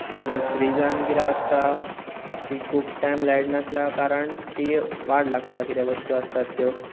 मागीर फ्रिजांत कितें आसता ती खूब टायम लायट नासल्या कारणान ती वाट लागता कितें वस्तू आसतात त्यो